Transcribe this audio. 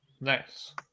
Nice